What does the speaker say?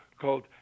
called